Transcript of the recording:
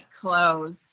close